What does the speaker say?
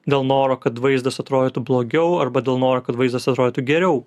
dėl noro kad vaizdas atrodytų blogiau arba dėl noro kad vaizdas atrodytų geriau